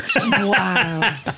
Wow